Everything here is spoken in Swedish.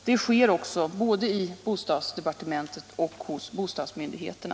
Det sker också både i bostadsdepartementet och hos bostadsmyndigheterna.